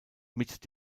mit